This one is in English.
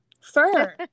Fur